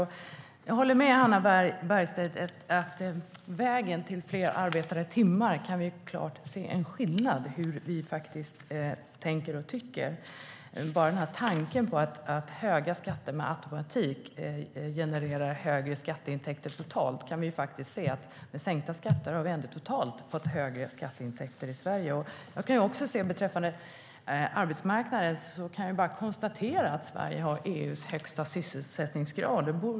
I fråga om arbetsmarknaden kan jag konstatera att Sverige har EU:s högsta sysselsättningsgrad.